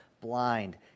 blind